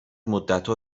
مدتها